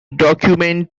document